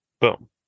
Boom